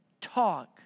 talk